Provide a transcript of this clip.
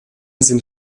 sind